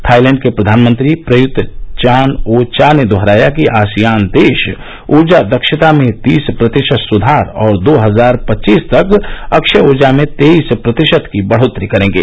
Thailand के प्रधानमंत्री Prayut Chan o cha ने दोहराया कि आसियान देश ऊर्जा दक्षता में तीस प्रतिशत सुधार और दो हजार पच्चीस तक अक्षय ऊर्जा में तेईस प्रतिशत की बढोतरी करेंगे